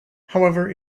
however